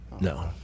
No